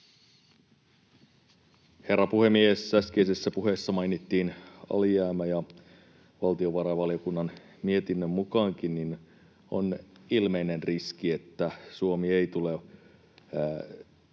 Herra puhemies! Äskeisessä puheessa mainittiin alijäämä. Valtiovarainvaliokunnan mietinnönkin mukaan on ilmeinen riski, että Suomi ei tule EU:n viitearvoa